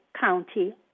County